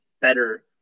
better